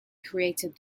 created